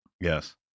Yes